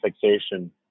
fixation